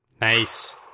Nice